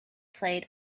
played